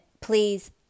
please